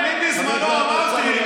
של ראש הממשלה, תתבייש.